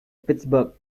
pittsburgh